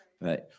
right